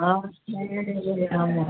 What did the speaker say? अहाँ आओर नहि गेलियै ने गेलियै हम एलहुँ